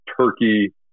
turkey